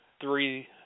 three